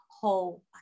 whole